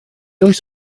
oes